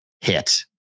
hit